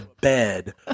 bed